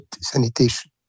sanitation